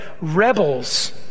Rebels